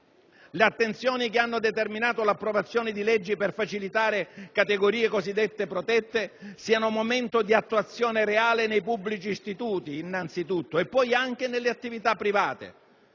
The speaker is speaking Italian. Le attenzioni che hanno determinato l'approvazione di leggi per facilitare categorie cosiddette protette siano momento di attuazione reale, nei pubblici istituti innanzi tutto, e poi anche nelle attività private.